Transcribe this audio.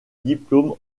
diplôme